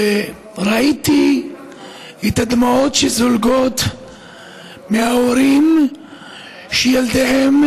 ראיתי את הדמעות הזולגות של ההורים שילדיהם